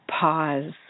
pause